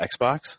Xbox